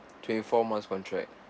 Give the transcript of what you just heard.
twenty four months contract